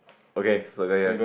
okay so there ya